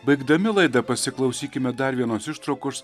baigdami laida pasiklausykime dar vienos ištraukos